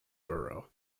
borough